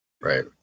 Right